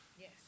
Yes